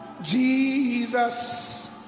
Jesus